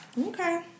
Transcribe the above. Okay